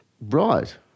right